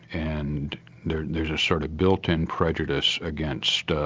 and there's a sort of built-in prejudice against